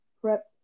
prep